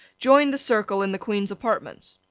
joined the circle in the queen's apartments.